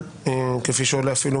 כפי שעולה אפילו